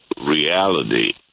reality